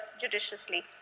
judiciously